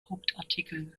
hauptartikel